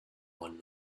one